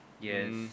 Yes